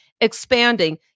expanding